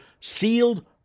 Sealed